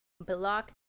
block